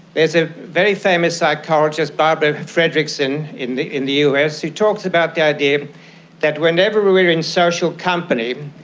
is a very famous psychologist, barbara fredrickson, in the in the us, who talks about the idea that whenever we are in social company,